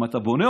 אם אתה בונה,